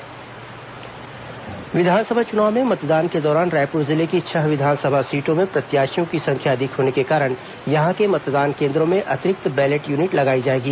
विस चुनाव voting machine विधानसभा चुनाव में मतदान के दौरान रायपुर जिले की छह विधानसभा सीटों में प्रत्याशियों की संख्या अधिक होने के कारण यहां के मतदान केंद्रों में अतिरिक्त बैलेट यूनिट लगाई जाएगी